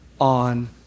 on